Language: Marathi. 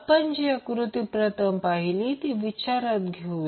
आपण जी आकृती प्रथम पाहिली ती आता विचारात घेऊया